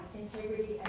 integrity,